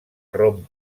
rom